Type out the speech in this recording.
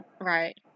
Right